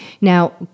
Now